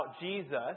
Jesus